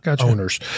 owners